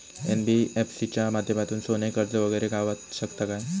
NBFC च्या माध्यमातून सोने कर्ज वगैरे गावात शकता काय?